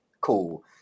cool